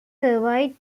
survived